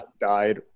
died